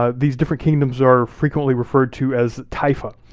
ah these different kingdoms are frequently referred to as taifa.